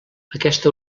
aquesta